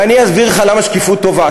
36%. ואני אסביר לך למה שקיפות טובה.